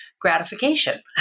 Gratification